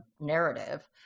narrative